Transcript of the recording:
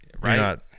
right